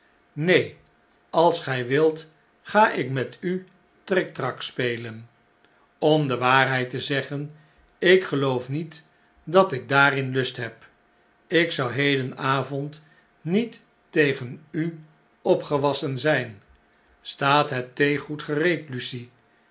neen als gj wilt ga ik met u t r i c t r a c spelen om de waarheid te zeggen ik geloof niet dat ik daarin lust heb ik zou hedenavond niet tegen u opgewassen zn'n staat het theegoed gereed